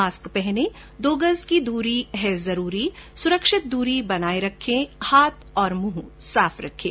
mask पहनें दो गज की दूरी है जरूरी सुरक्षित दूरी बनाए रखें हाथ और मुंह साफ रखें